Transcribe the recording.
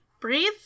breathe